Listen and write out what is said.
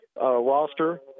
roster